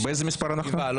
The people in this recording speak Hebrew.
שבעה.